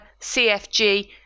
CFG